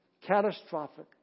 Catastrophic